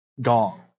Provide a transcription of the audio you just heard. gong